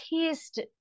taste